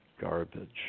garbage